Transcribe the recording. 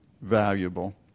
valuable